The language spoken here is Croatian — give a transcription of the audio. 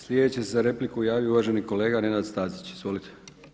Sljedeći se za repliku javio uvaženi kolega Nenad Stazić, izvolite.